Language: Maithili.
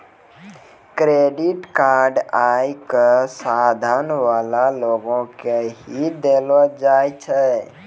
क्रेडिट कार्ड आय क साधन वाला लोगो के ही दयलो जाय छै